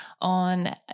on